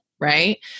right